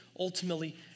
ultimately